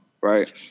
Right